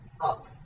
Up